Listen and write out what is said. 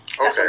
Okay